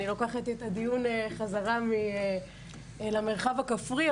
ואני לוקחת את הדיון חזרה למרחב הכפרי,